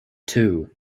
two